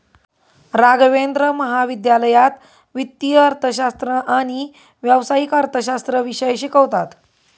राघवेंद्र महाविद्यालयात वित्तीय अर्थशास्त्र आणि व्यावसायिक अर्थशास्त्र विषय शिकवतात